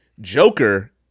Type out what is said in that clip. Joker